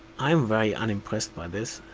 i am very unimpressed by this.